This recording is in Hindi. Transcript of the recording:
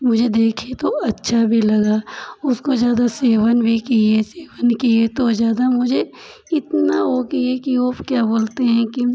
मुझे देखे तो अच्छा भी लगा उसको ज़्यादा सेवन भी किए सेवन किए तो ज़्यादा मुझे इतना ओ किए कि ओ क्या बोलते हैं कि